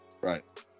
right